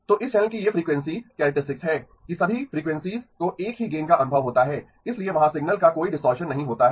तो इस चैनल की ये फ्रीक्वेंसी कैरेक्टरिस्टिक्स हैं कि सभी फ्रीक्वेंसीज़ को एक ही गेन का अनुभव होता है इसलिए वहाँ सिग्नल का कोई डिस्टॉरशन नहीं होता है